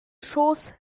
schoß